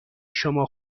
شما